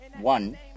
one